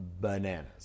bananas